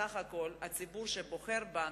בסך הכול, הציבור שבוחר בנו,